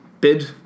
bid